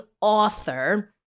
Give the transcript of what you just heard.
author